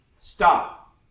stop